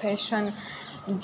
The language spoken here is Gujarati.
ફેશન